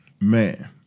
Man